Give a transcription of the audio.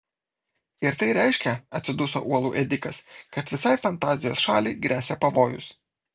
ir tai reiškia atsiduso uolų ėdikas kad visai fantazijos šaliai gresia pavojus